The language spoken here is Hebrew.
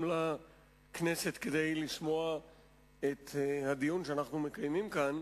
לכנסת כדי לשמוע את הדיון שאנחנו מקיימים כאן.